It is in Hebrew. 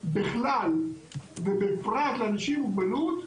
בכלל ובפרט לאנשים עם מוגבלות,